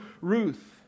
Ruth